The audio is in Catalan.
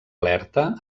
alerta